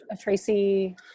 tracy